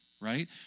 right